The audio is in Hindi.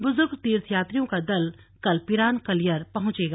बुजुर्ग तीर्थयात्रियों का दल कल पिरान कलियर पहुंचेगा